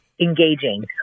Engaging